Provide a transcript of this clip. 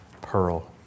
pearl